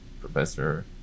Professor